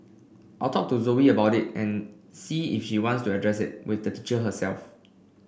I'll talk to Zoe about it and see if she wants to address it with the teacher herself